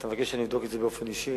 אתה מבקש שאני אבדוק את זה באופן אישי.